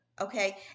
okay